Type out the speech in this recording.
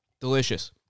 Delicious